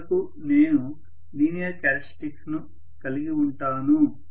అప్పటివరకు నేను linear characteristics ను కలిగి ఉంటాను